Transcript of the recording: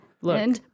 look